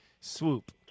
Swoop